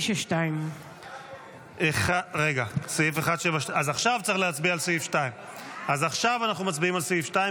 1792. אז עכשיו צריך להצביע על סעיף 2. עכשיו אנחנו מצביעים על סעיף 2,